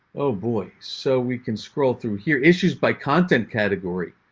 oh boy. so we can scroll through here issues by content category.